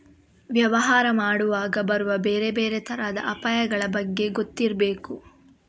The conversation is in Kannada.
ವ್ಯವಹಾರ ಮಾಡುವಾಗ ಬರುವ ಬೇರೆ ಬೇರೆ ತರದ ಅಪಾಯಗಳ ಬಗ್ಗೆ ಗೊತ್ತಿರ್ಬೇಕು